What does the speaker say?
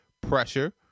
pressure